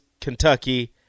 kentucky